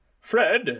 Fred